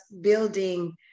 building